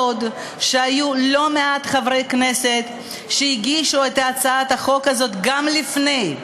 זה לא סוד שהיו לא מעט חברי כנסת שהגישו את הצעת החוק הזאת גם לפני.